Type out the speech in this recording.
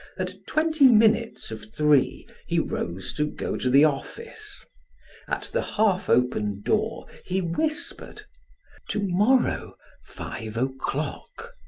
at twenty minutes of three he rose to go to the office at the half-open door he whispered to-morrow, five o'clock.